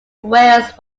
wales